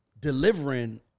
delivering